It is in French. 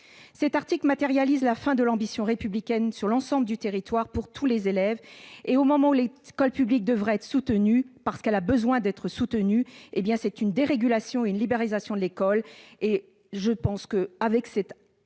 Cet article matérialise la fin de l'ambition républicaine sur l'ensemble du territoire pour tous les élèves. Au moment où l'école publique devrait être soutenue, parce qu'elle en a besoin, c'est une dérégulation et une libéralisation de l'école que vous proposez. Avec cet article,